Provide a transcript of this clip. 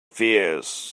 fears